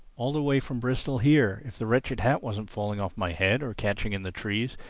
all the way from bristol here, if the wretched hat wasn't falling off my head or catching in the trees,